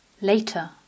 Later